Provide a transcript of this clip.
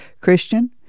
Christian